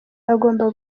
agomba